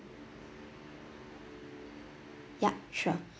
yup sure